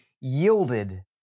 yielded